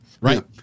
right